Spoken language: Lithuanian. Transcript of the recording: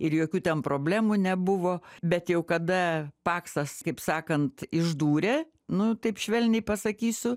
ir jokių ten problemų nebuvo bet jau kada paksas kaip sakant išdūrė nu taip švelniai pasakysiu